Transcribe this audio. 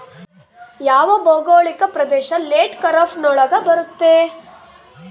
ಯಾವ ಭೌಗೋಳಿಕ ಪ್ರದೇಶ ಲೇಟ್ ಖಾರೇಫ್ ನೊಳಗ ಬರುತ್ತೆ?